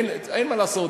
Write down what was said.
אין מה לעשות,